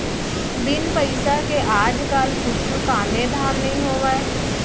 बिन पइसा के आज काल कुछु कामे धाम नइ होवय